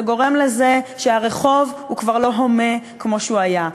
זה גורם לזה שהרחוב הוא כבר לא הומה כמו שהוא היה,